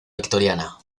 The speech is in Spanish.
victoriana